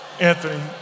Anthony